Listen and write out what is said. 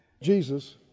Jesus